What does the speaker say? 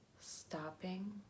Stopping